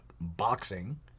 boxing